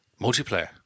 Multiplayer